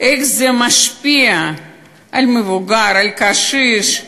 איך זה משפיע על מבוגר, על קשיש,